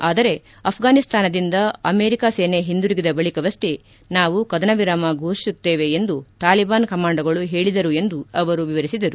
ಆದರೆ ಅಫ್ರಾನಿಸ್ತಾನದಿಂದ ಅಮೆರಿಕ ಸೇನೆ ಹಿಂದಿರುಗಿದ ಬಳಿಕವಷ್ಷೇ ನಾವು ಕದನ ವಿರಾಮ ಘೋಷಿಸುತ್ತೇವೆ ಎಂದು ತಾಲಿಬಾನ್ ಕಮಾಂಡೋಗಳು ಹೇಳಿದರು ಎಂದು ವಿವರಿಸಿದರು